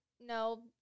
no